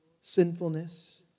sinfulness